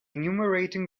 enumerating